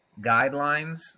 guidelines